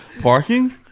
parking